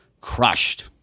crushed